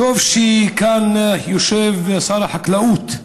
טוב שכאן יושב שר החקלאות,